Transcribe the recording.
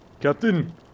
Captain